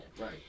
right